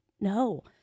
no